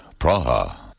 Praha